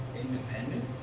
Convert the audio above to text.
independent